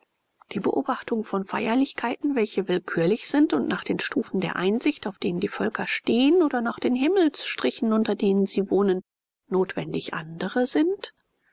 die beobachtung von feierlichkeiten welche willkürlich sind und nach den stufen der einsicht auf denen die völker stehen oder nach den himmelsstrichen unter denen sie wohnen notwendig andere sind